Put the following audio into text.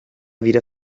wieder